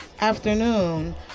afternoon